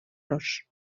los